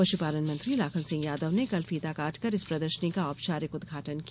पश्नपालन मंत्री लाखन सिंह यादव ने कल फीता काटकर इस प्रदर्शनी का औपचारिक उदघाटन किया